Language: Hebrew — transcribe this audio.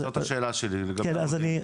זאת השאלה שלי, לגבי המודיעין.